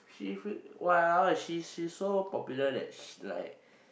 she !walao! she's she's so popular that she's like